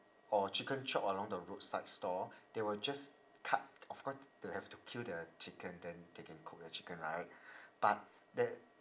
or chicken chop along the roadside stall they will just cut of course they will have to kill the chicken then they can cook the chicken right but there